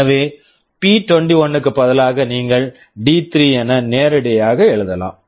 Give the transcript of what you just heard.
எனவே பி21 p21 க்கு பதிலாக நீங்கள் டி3 D3 என நேரடியாக எழுதலாம்